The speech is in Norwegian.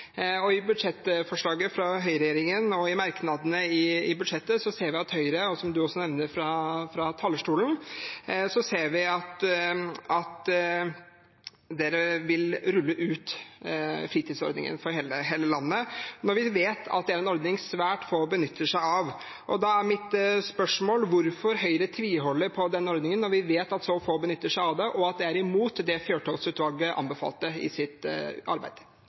I budsjettforslaget fra høyreregjeringen og i merknadene i budsjettet ser vi at Høyre, som du også nevner fra talerstolen, vil rulle ut fritidskortordningen for hele landet – når vi vet at det er en ordning svært få benytter seg av. Da er mitt spørsmål hvorfor Høyre tviholder på denne ordningen, når vi vet at så få benytter seg av den, og at det er imot det Fjørtoft-utvalget anbefalte i sitt arbeid.